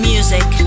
Music